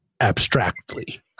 abstractly